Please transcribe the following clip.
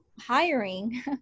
hiring